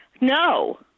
No